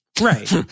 Right